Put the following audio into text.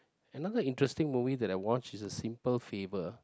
another interesting movie that I watched is a Simple Favor